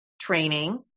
Training